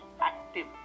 active